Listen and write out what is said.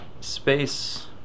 space